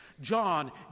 John